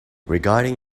regarding